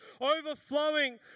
overflowing